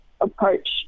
approach